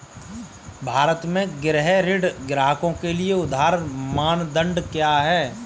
भारत में गृह ऋण ग्राहकों के लिए उधार मानदंड क्या है?